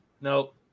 Nope